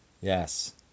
yes